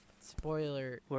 spoiler